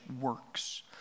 works